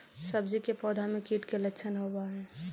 सब्जी के पौधो मे कीट के लच्छन होबहय?